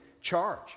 charge